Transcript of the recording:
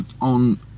on